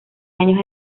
años